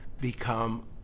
become